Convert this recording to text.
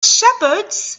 shepherds